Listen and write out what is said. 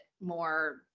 more